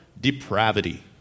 depravity